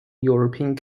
european